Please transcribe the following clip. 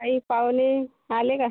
काही पाहुणे आले का